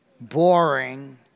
Boring